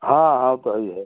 हाँ हाँ वो तो हई है